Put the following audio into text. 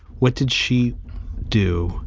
what did she do